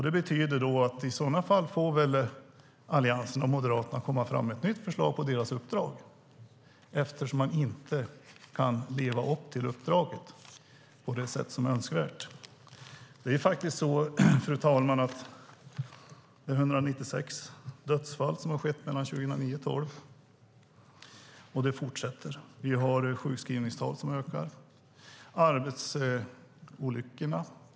Det betyder i sådana fall att Alliansen och Moderaterna får lägga fram ett nytt förslag till uppdrag eftersom Arbetsmiljöverket inte kan leva upp till sitt uppdrag på det sätt som är önskvärt. Det är faktiskt så, fru talman, att det är 196 dödsfall som har skett mellan 2009 och 2012, och det fortsätter. Vi har sjukskrivningstal som ökar.